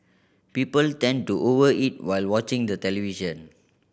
people tend to over eat while watching the television